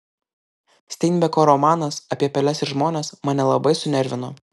steinbeko romanas apie peles ir žmones mane labai sunervino